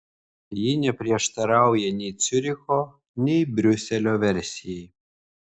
ji neprieštarauja nei ciuricho nei briuselio versijai